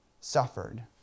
suffered